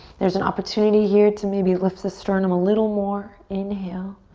there's an opportunity here to maybe lift the sternum a little more. inhale,